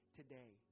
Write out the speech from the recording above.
today